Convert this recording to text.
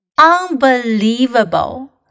Unbelievable